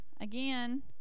again